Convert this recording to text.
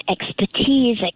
expertise